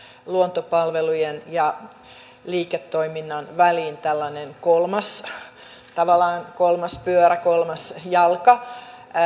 luontopalvelujen ja liiketoiminnan väliin tällainen tavallaan kolmas pyörä kolmas jalka